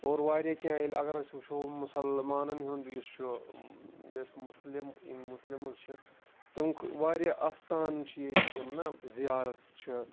اور واریاہ کینٛہہ ییٚلہِ اگر أسۍ وٕچھو مُسلمانَن ہُنٛد یُس چھُ یُس مُسلم یِم مُسلِمٕز چھِ تَمیُک واریاہ اَستان چھِ ییٚتہِ یِم نا زیارت چھِ